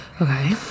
Okay